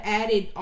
added